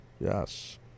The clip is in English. Yes